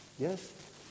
Yes